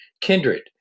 Kindred